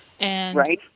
Right